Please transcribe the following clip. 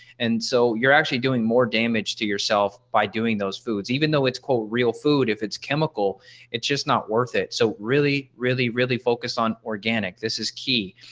and so you're actually doing more damage to yourself by doing those foods even though it's called real food if it's chemical it's just not worth it. so really really really focus on organic. this is key.